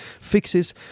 fixes